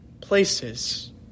places